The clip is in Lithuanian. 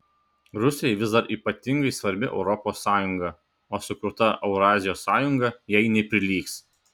rusijai vis dar ypatingai svarbi europos sąjunga o sukurta eurazijos sąjunga jai neprilygs